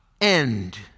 end